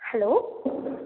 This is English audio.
hello